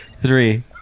three